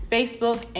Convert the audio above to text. Facebook